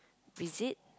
visit